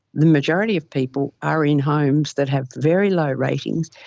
the majority of people are in homes that have very low ratings,